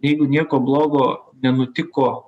jeigu nieko blogo nenutiko